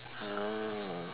mm